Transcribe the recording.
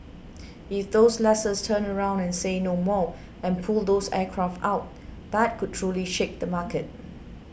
if those lessors turn around and say no more and pull those aircraft out that could truly shake the market